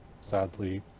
sadly